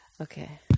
Okay